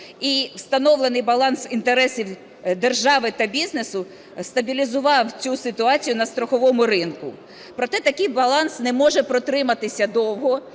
І встановлений баланс інтересів держави та бізнесу стабілізував цю ситуацію на страховому ринку. Проте такий баланс не може протриматися довго